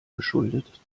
geschuldet